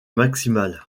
maximale